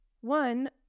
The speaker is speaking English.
One